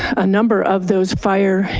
a number of those fire,